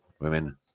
women